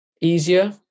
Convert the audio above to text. easier